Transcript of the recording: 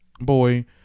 boy